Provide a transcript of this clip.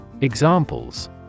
Examples